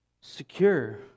secure